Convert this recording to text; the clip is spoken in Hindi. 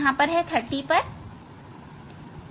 ठीक है